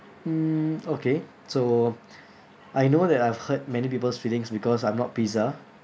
mm okay so I know that I've hurt many people's feelings because I'm not pizza